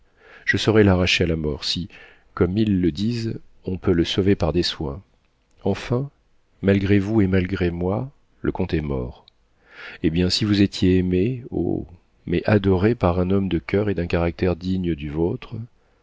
je saurai l'arracher à la mort si comme ils le disent on peut le sauver par des soins enfin malgré vous et malgré moi le comte est mort eh bien si vous étiez aimée oh mais adorée par un homme de coeur et d'un caractère digne du vôtre